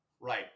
Right